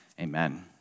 Amen